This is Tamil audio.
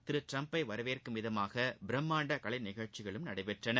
திரு ட்டிரம்பை வரவேற்கும் விதமாக பிரமாண்ட கலைநிகழ்ச்சிகளுக்கும் நடைபெற்றன